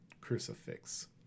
Crucifix